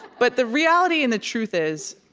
but the reality and the truth is,